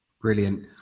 Brilliant